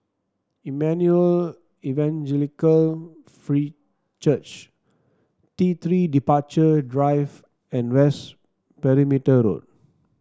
Emmanuel Evangelical Free Church T Three Departure Drive and West Perimeter Road